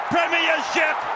Premiership